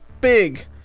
big